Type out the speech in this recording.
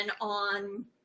on